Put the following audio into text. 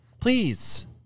Please